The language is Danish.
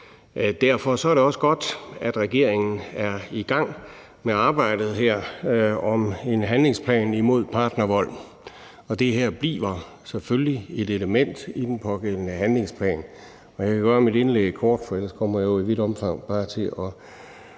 Derfor er det også godt, at regeringen er i gang med arbejdet med en handlingsplan imod partnervold. Det her bliver selvfølgelig et element i den pågældende handlingsplan. Jeg kan gøre mit indlæg kort, for ellers kommer jeg jo i vidt omfang bare til at